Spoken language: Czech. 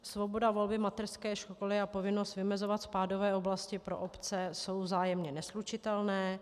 Svoboda volby mateřské školy a povinnost vymezovat spádové oblasti pro obce jsou vzájemně neslučitelné.